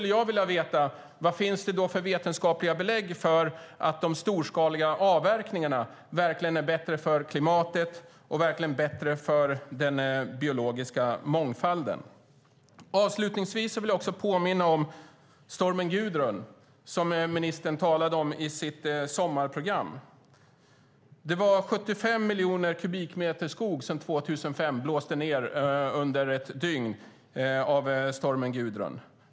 Jag vill veta vilka vetenskapliga belägg som finns för att de storskaliga avverkningarna är bättre för klimatet och bättre för den biologiska mångfalden. Avslutningsvis vill jag påminna om stormen Gudrun som ministern talade om i sitt sommarprogram. Det var 75 miljoner kubikmeter skog som under ett dygn 2005 blåste ned av stormen Gudrun.